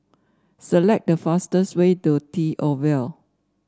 select the fastest way to T Oval